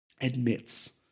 admits